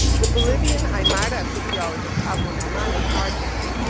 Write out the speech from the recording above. the bolivian aymara sociologist pablo mamani argues,